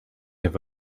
have